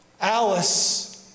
Alice